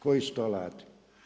Koji su to alati?